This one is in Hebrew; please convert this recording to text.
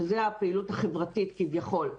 שזאת הפעילות החברתית כביכול,